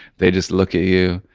they just look at you.